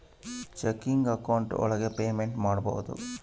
checking account ಒಳಗ payment ಮಾಡ್ಬೋದು